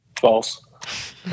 False